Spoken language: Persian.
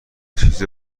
چیز